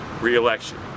re-election